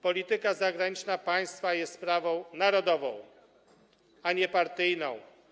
Polityka zagraniczna państwa jest sprawą narodową, a nie partyjną.